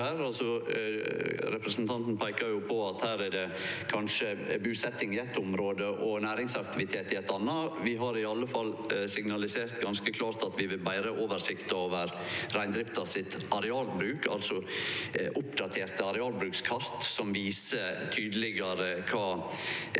Representanten peika på at her er det kanskje busetjing i eitt område og næringsaktivitet i eit anna. Vi har i alle fall signalisert ganske klart at vi vil betre oversikta over arealbruken til reindrifta, altså oppdaterte arealbrukskart som viser tydelegare kva